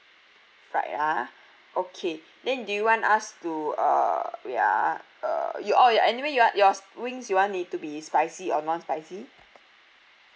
fried ah okay then do you want us to uh wait ah uh your oh your anyway you are your wings you want it to be spicy or non spicy